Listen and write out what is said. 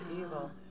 evil